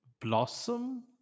Blossom